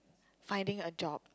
finding a job